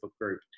group